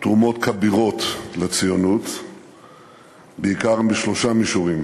תרומות כבירות לציונות בעיקר בשלושה מישורים: